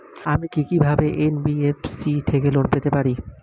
আমি কি কিভাবে এন.বি.এফ.সি থেকে লোন পেতে পারি?